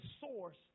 source